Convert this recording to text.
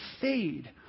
fade